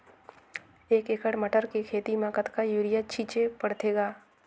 एक एकड़ मटर के खेती म कतका युरिया छीचे पढ़थे ग?